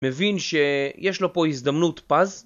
מבין שיש לו פה הזדמנות פז